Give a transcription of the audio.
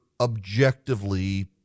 objectively